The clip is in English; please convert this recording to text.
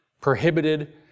prohibited